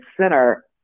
center